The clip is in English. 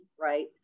Right